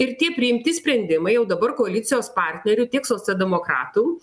ir tie priimti sprendimai jau dabar koalicijos partnerių tiek socialdemokratų